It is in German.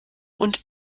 und